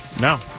No